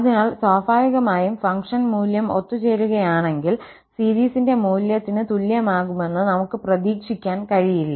അതിനാൽ സ്വാഭാവികമായും ഫംഗ്ഷൻ മൂല്യം ഒത്തുചേരുകയാണെങ്കിൽ സീരീസിന്റെ മൂല്യത്തിന് തുല്യമാകുമെന്ന് നമുക് പ്രതീക്ഷിക്കാൻ കഴിയില്ല